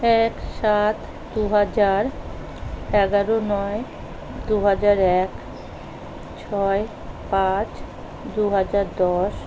এক সাত দু হাজার এগারো নয় দু হাজার এক ছয় পাঁচ দু হাজার দশ